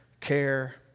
care